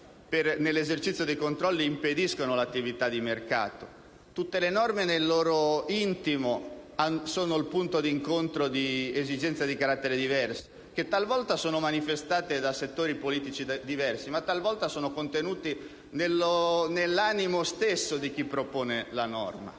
nell'esercizio dei controlli, impediscono l'attività di mercato. Tutte le norme, nel loro intimo, sono il punto d'incontro di esigenze di carattere diverso, che talvolta sono manifestate da settori politici diversi, talvolta sono contenuti nell'animo stesso di chi propone la norma.